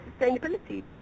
sustainability